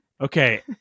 okay